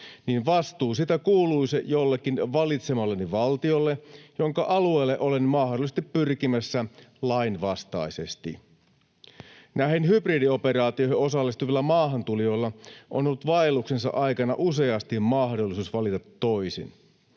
niin vastuu siitä kuuluisi jollekin valitsemalleni valtiolle, jonka alueelle olen mahdollisesti pyrkimässä lainvastaisesti. Näihin hybridioperaatioihin osallistuvilla maahantulijoilla on ollut vaelluksensa aikana useasti mahdollisuus valita toisin.